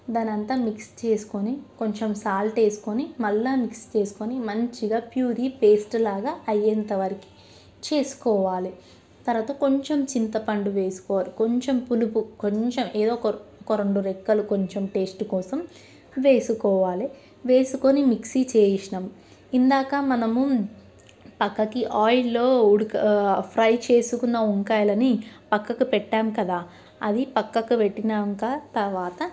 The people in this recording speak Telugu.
దా అంత మిక్స్ చేసుకొని కొంచెం సాల్ట్ వేసుకొని మళ్ళీ మిక్స్ చేసుకొని మంచిగా ప్యూరీ పేస్టులాగా అయ్యేంతటి వరకు చేసుకోవాలి తరువాత కొంచెం చింతపండు వేసుకోవాలి కొంచెం పులుపు కొంచెం ఏదో ఒక రెండు రెక్కలు కొంచెం టేస్ట్ కోసం వేసుకోవాలి వేసుకొని మిక్సీ చేసాము ఇందాక మనము పక్కకి ఆయిల్లో ఉడక ఫ్రై చేసుకున్న వంకాయలని ప్రక్కకు పెట్టాము కదా అది పక్కకు పెట్టాక తరువాత